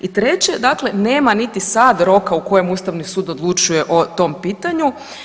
I treće, dakle nema niti sad roka u kojem ustavni sud odlučuje o tom pitanju.